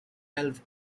helped